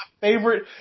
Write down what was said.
favorite